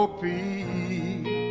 peace